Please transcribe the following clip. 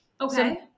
Okay